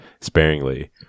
sparingly